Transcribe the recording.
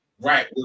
right